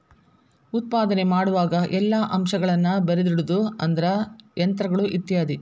ಉತ್ಪಾದನೆ ಮಾಡುವಾಗ ಎಲ್ಲಾ ಅಂಶಗಳನ್ನ ಬರದಿಡುದು ಅಂದ್ರ ಯಂತ್ರಗಳು ಇತ್ಯಾದಿ